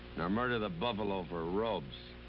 nor murder the buffalo for robes.